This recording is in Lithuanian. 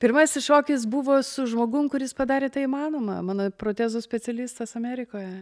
pirmasis šokis buvo su žmogum kuris padarė tai įmanoma mano protezų specialistas amerikoje